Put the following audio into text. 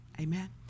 amen